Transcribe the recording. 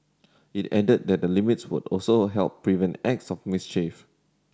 it added that the limits would also help prevent acts of mischief